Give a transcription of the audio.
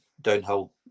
downhill